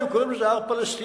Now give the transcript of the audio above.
היו קוראים לזה "הר פלסטיני",